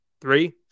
Three